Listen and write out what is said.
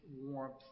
warmth